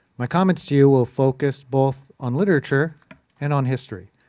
my comments to you will focus both on literature and on history.